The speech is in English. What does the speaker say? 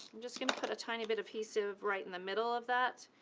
i'm just gonna put a tiny bit of adhesive right in the middle of that,